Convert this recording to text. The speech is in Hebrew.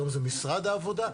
היום זה משרד העבודה,